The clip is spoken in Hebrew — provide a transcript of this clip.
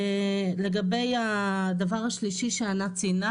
לגבי הדבר השלישי שענת ציינה